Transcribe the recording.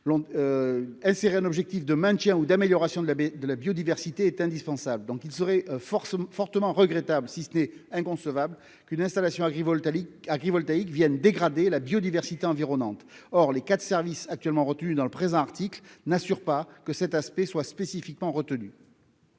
insérer un objectif de maintien ou d'amélioration de la biodiversité est indispensable. Il semblerait fortement regrettable, si ce n'est inconcevable, qu'une installation agrivoltaïque vienne dégrader la biodiversité environnante. Or les quatre services retenus dans le présent article n'assurent pas une prise en compte spécifique de cet